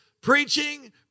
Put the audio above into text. preaching